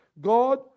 God